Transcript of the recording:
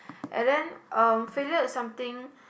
and then um failure is something